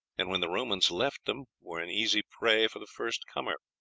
and when the romans left them were an easy prey for the first comer.